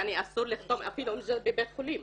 שאסור לי לחתום אפילו אם בבית חולים.